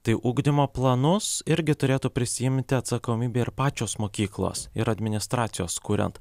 tai ugdymo planus irgi turėtų prisiimti atsakomybę ir pačios mokyklos ir administracijos kuriant